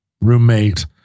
roommate